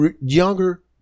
younger